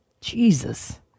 Jesus